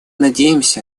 надеемся